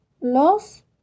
Los